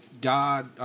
God